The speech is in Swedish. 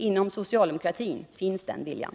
Inom socialdemokratin finns den viljan.